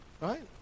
Right